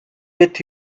with